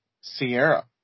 Sierra